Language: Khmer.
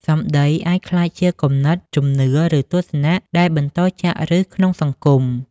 សម្ដីអាចក្លាយជាគំនិត ជំនឿ ឬទស្សនៈដែលបន្តចាក់ឫសក្នុងសង្គម។